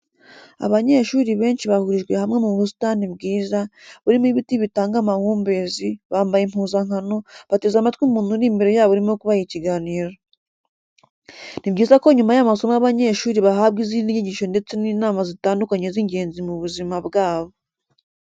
Abanyeshuri benshi bahurijwe hamwe mu busitani bwiza, burimo ibiti bitanga amahumbezi, bambaye impuzankano, bateze amatwi umuntu uri imbere yabo urimo kubaha ikiganiro. Ni byiza ko nyuma y'amasomo abanyeshuri bahabwa izindi nyigisho ndetse n'inama zitandukanye z'ingenzi mu buzima bwabo.